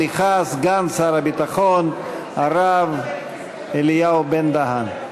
סליחה, סגן שר הביטחון הרב אלי בן -דהן.